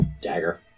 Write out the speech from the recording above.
dagger